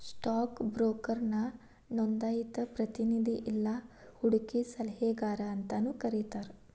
stock ಬ್ರೋಕರ್ನ ನೋಂದಾಯಿತ ಪ್ರತಿನಿಧಿ ಇಲ್ಲಾ ಹೂಡಕಿ ಸಲಹೆಗಾರ ಅಂತಾನೂ ಕರಿತಾರ